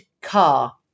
car